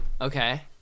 Okay